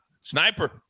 Sniper